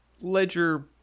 Ledger